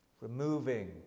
removing